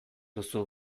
duzu